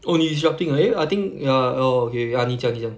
oh 你 disrupting ah eh I think ya oh okay ya 你讲你讲